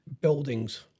buildings